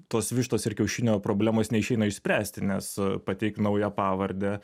tos vištos ir kiaušinio problemos neišeina išspręsti nes pateik naują pavardę